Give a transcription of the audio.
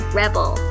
rebel